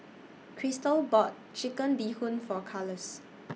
Chrystal bought Chicken Bee Hoon For Carlos